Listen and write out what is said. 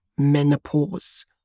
menopause